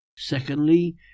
Secondly